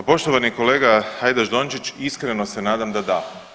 Pa poštovani kolega Hajdaš Dončić, iskreno se nadam da da.